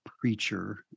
preacher